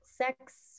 sex